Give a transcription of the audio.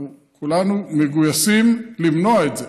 כולנו מגויסים למנוע את זה.